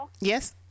Yes